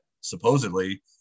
supposedly